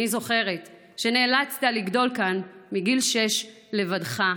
אני זוכרת שנאלצת לגדול כאן מגיל שש לבדך.